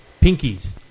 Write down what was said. pinkies